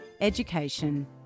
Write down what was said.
education